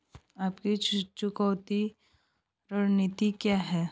आपकी चुकौती रणनीति क्या है?